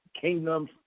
kingdoms